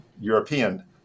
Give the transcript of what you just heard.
European